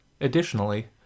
Additionally